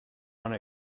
one